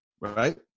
Right